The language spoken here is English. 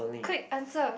quick answer